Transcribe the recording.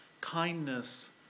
Kindness